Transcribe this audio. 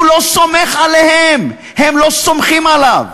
הוא לא סומך עליהם, הם לא סומכים עליו.